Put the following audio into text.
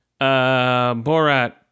Borat